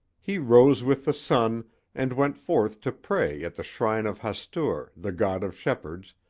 he rose with the sun and went forth to pray at the shrine of hastur, the god of shepherds,